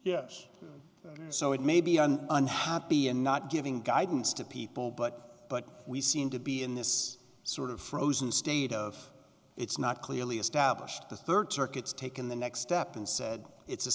yes so it may be an unhappy and not giving guidance to people but but we seem to be in this sort of frozen state of it's not clearly established the rd circuit taken the next step and said it's